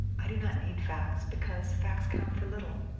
i do not need facts, because facts count for little.